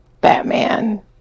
Batman